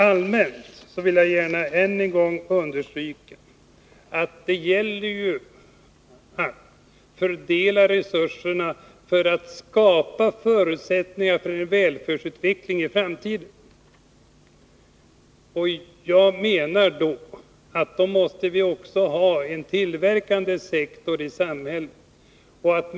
Allmänt vill jag gärna än en gång understryka att det gäller att fördela resurserna för att skapa förutsättningar för en välfärdsutveckling i framtiden. Då måste vi ha också en tillverkande sektor i samhället.